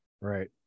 Right